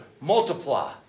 Multiply